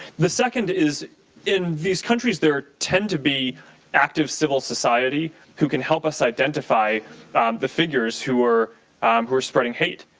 the second in these countries there tend to be active civil society who can help us identify the figures who are who are spreading hate.